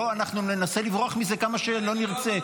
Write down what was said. אנחנו ננסה לברוח מזה כמה שלא נרצה.